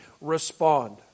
respond